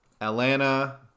Atlanta